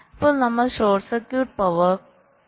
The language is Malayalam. ഇപ്പോൾ നമ്മൾ ഷോർട്ട് സർക്യൂട്ട് പവർ നോക്കുന്നു